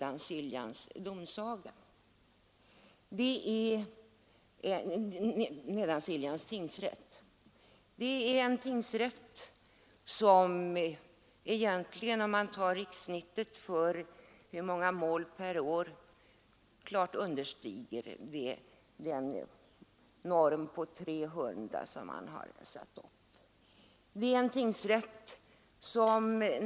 Antalet mål per år vid MNedansiljans tingsrätt understiger klart riksgenomsnittet och den norm på 300 mål som har satts.